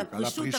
על הפרישות.